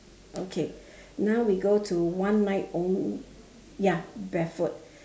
okay now we go to one night only ya barefoot